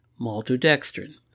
Maltodextrin